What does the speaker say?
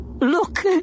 Look